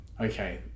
okay